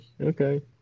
okay